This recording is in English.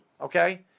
okay